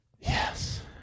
Yes